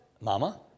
Mama